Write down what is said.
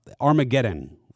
Armageddon